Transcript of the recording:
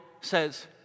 says